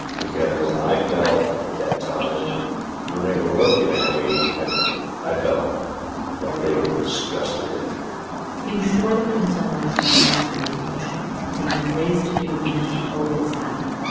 because i felt at that time when they were looking at me, i felt like they were disgusted at me he was sure that come sunrise, he would master these emotions as he'd been raised to do and as he always had.